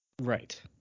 Right